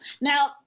Now